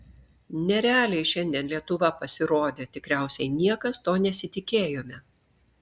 nerealiai šiandien lietuva pasirodė tikriausiai niekas to nesitikėjome